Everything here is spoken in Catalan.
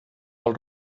del